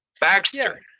Baxter